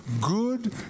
good